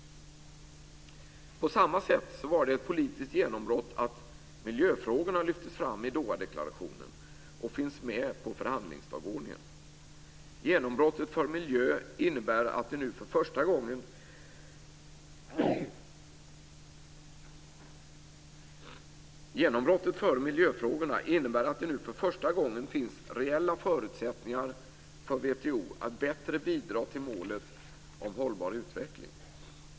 På samma sätt var det ett politiskt genombrott att miljöfrågorna lyftes fram i Dohadeklarationen och finns med på förhandlingsdagordningen. Genombrottet för miljöfrågorna innebär att det nu för första gången finns reella förutsättningar för WTO att bättre bidra till målet om hållbar utveckling.